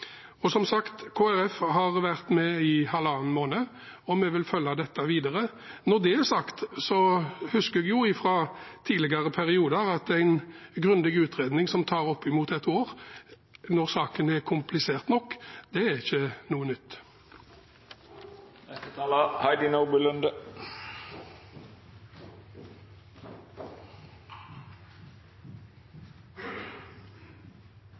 tid. Som sagt har Kristelig Folkeparti vært med i halvannen måned, og vi vil følge dette videre. Når det er sagt, husker jeg fra tidligere perioder at en grundig utredning som tar opp mot ett år, når saken er komplisert nok, ikke er noe nytt.